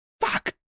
Fuck